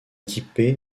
équipé